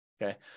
Okay